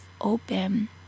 open